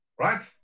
Right